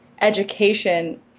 education